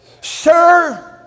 sir